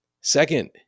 Second